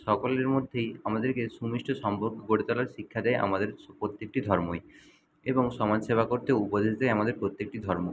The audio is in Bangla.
সকলের মধ্যেই আমাদেরকে সুমিষ্ট সম্পর্ক গড়ে তোলার শিক্ষা দেয় আমাদের প্রত্যেকটি ধর্মই এবং সমাজসেবা করতে উপদেশ দেয় আমাদের প্রত্যেকটি ধর্ম